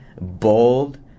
bold